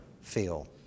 feel